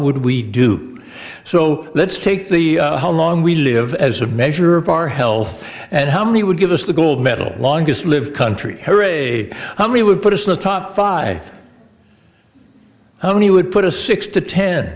would we do so let's take the how long we live as a measure of our health and how many would give us the gold medal longest live country or a how many would put us in the top five how many would put a six to ten